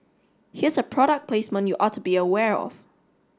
here's a product placement you ought to be aware of